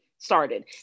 Started